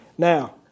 Now